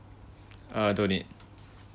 ah don't need